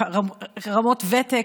הרפואה,